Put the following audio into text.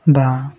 বা